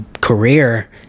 career